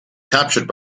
captured